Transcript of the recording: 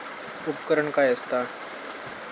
उपकरण काय असता?